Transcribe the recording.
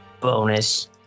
bonus